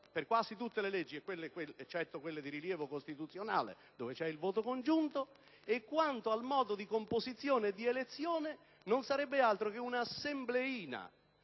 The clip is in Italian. per quasi tutte le leggi, eccetto quelle di rilievo costituzionale, dove è previsto il voto congiunto). Quanto poi alle modalità di composizione e di elezione non sarebbe altro che un'assembleina